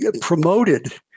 promoted